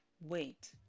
wait